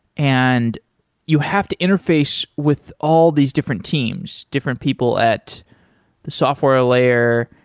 and you have to interface with all these different teams, different people at the software layer,